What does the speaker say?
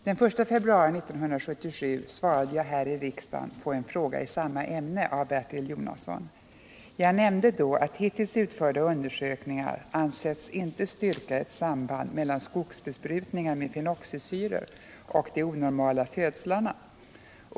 Den 1 februari 1977 svarade jag här i riksdagen på en fråga i samma ämne av Bertil Jonasson. Jag nämnde då att dittills utförda undersökningar inte ansetts styrka ett samband mellan skogsbesprutningar med fenoxisyror och de onormala födslarna.